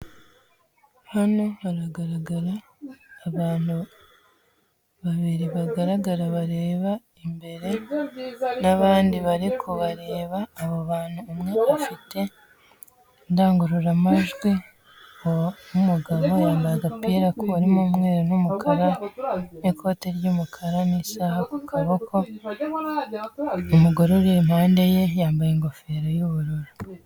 Hano haragaragara abantu babiri bagaragara bareba imbere n'abandi bari kubareba, abo bantu umwe afite indangururamajwi. Uwo mugabo yambaye agapira karimo umweru n'umukara n'ikote ry'umukara n'isaha ku kaboko, umugore uri impande ye yambaye ingofero y'ubururu.